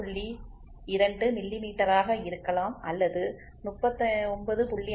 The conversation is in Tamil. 2 மில்லிமீட்டராக இருக்கலாம் அல்லது 39